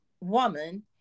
woman